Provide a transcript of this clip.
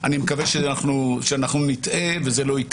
ואני אשאר פה כמובן לשמוע את חלקו של הדיון